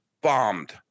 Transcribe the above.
bombed